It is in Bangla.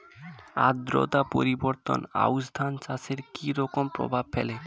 আদ্রতা পরিবর্তন আউশ ধান চাষে কি রকম প্রভাব ফেলে?